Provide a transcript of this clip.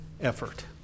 effort